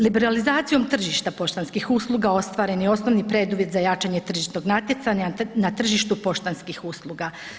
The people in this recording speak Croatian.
Liberalizacijom tržišta poštanskih usluga ostvaren je osnovni preduvjet za jačanje tržišnog natjecanja na tržištu poštanskih usluga.